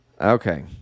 Okay